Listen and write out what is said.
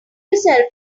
yourselves